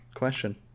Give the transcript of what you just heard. Question